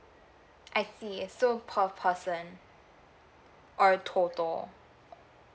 I see so per person or total